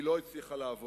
והיא לא הצליחה לעבור.